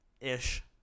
Ish